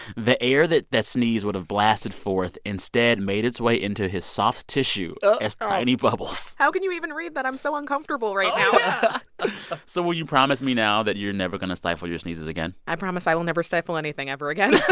the air that that sneeze would have blasted forth instead made its way into his soft tissue as tiny bubbles. how can you even read that? i'm so uncomfortable right now oh, yeah so will you promise me now that you're never going to stifle your sneezes again? i promise i will never stifle anything ever again